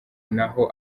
naho